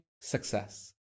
success